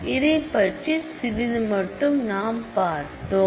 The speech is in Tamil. இதைப் பற்றி சிறிது மட்டும் நாம் பார்த்தோம்